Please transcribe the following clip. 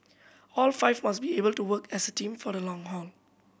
all five must be able to work as a team for the long haul